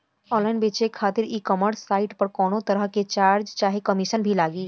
Online बेचे खातिर ecommerce site पर कौनोतरह के चार्ज चाहे कमीशन भी लागी?